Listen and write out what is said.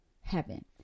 heaven